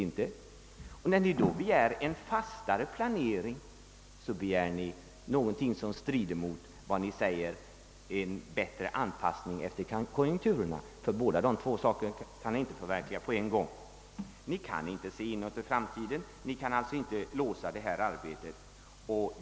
När ni begär en fastare planering, begär ni någonting som strider mot ert krav på en bättre anpassning efter konjunkturerna — båda dessa krav kan ni inte förverkliga på en gång. Ni kan inte se in i framtiden, och ni kan därför inte heller låsa budgetarbetet.